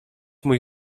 mój